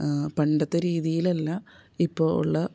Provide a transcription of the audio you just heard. പണ്ടത്തെ രീതിയിലല്ല ഇപ്പോൾ ഉള്ള